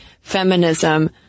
feminism